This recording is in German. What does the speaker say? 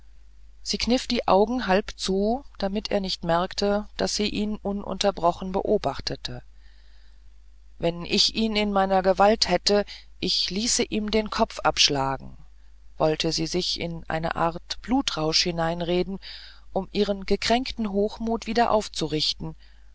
sie kniff die augen halb zu damit er nicht merke daß sie ihn ununterbrochen beobachtete wenn ich ihn in meiner gewalt hätte ich ließe ihm den kopf abschlagen wollte sie sich in eine art blutrausch hineinreden um ihren gekränkten hochmut wieder aufzurichten